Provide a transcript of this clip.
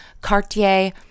Cartier